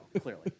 clearly